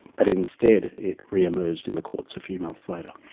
but instead it re-emerged in the courts a few months later.